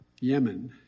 Yemen